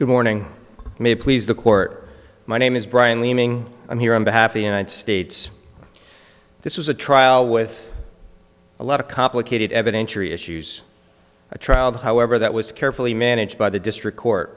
good morning may please the court my name is brian leming i'm here on behalf of united states this is a trial with a lot of complicated evidentiary issues a trial however that was carefully managed by the district court